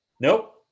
nope